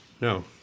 No